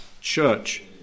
church